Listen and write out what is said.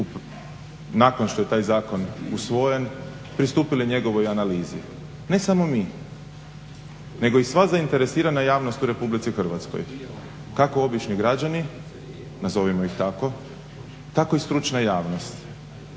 nakon što je taj zakon usvojen pristupili njegovoj analizi. Ne samo mi, nego i sva zainteresirana javnost u RH, kako obični građani nazovimo ih tako, tako i stručna javnost.